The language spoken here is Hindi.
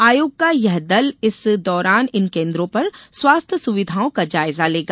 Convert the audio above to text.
आयोग का यह दल इस दौरान इन केन्द्रों पर स्वास्थ्य सुविधाओं का जायजा लेगा